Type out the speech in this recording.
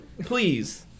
Please